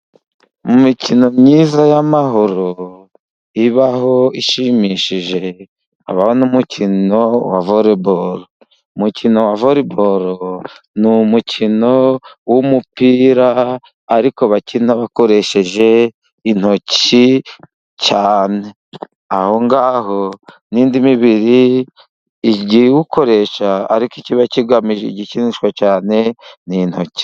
Mu mikino myiza y'amahoro ibaho ishimishije, habaho n'umukino wa voreboro, umukino wa voreboro ni umukino w'umupira ariko bakina bakoresheje intoki cyane, aho ngaho n'indi mibiri ijya iwukoresha, ariko ikiba kigamije gikinishwa cyane ni intoki.